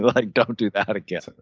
like, don't do that again. and